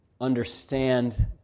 understand